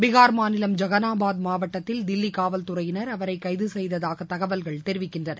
பீகார் மாநிலம் ஜகனாபாத் மாவட்டத்தில் தில்லி காவல்துறையினர் அவரை கைது செய்ததாக தகவல்கள் தெரிவிக்கின்றன